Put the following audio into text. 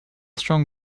strong